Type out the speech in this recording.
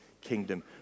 kingdom